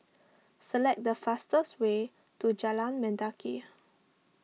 select the fastest way to Jalan Mendaki